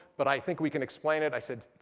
but i think we can explain it. i said,